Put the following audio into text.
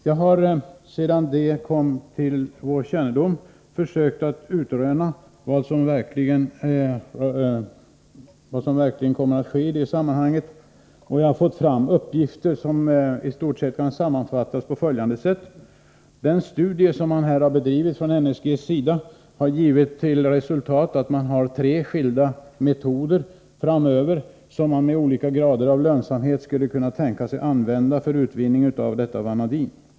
Jag har sedan detta kom till vår kännedom försökt att utröna vad som verkligen kommer att ske i det sammanhanget. Jag har fått fram uppgifter som i stort sett kan sammanfattas på följande sätt. Den studie som bedrivits av NSG har givit till resultat att det finns tre skilda metoder som framöver med olika grader av lönsamhet skulle kunna användas för utvinning av detta vanadin.